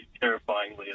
terrifyingly